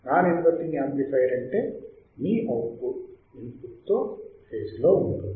non inverting amplifier అంటే మీ output input తో ఫేజ్ లో ఉంటుంది